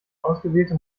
ausgewählte